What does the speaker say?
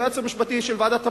היועץ המשפטי של ועדת הפנים.